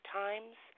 times